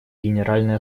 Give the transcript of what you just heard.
генеральная